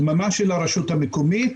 דממה של הרשות המקומית,